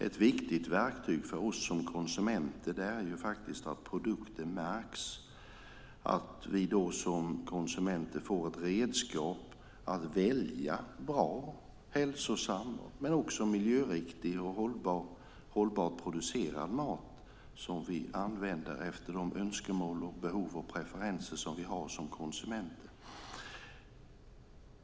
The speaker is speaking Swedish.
Ett viktigt verktyg för oss som konsumenter är faktiskt att produkter märks så att vi får ett redskap för att välja bra, hälsosam men också miljöriktig och hållbart producerad mat som vi använder efter de önskemål, behov och preferenser som vi har som konsumenter.